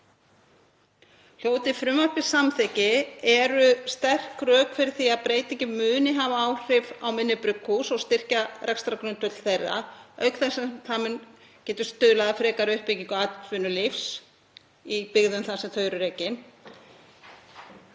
Hljóti frumvarpið samþykki eru sterk rök fyrir því að breytingin muni hafa áhrif á minni brugghús og styrkja rekstrargrundvöll þeirra auk þess sem það getur stuðlað að frekari uppbyggingu atvinnulífs í byggðum þar sem þau eru rekin.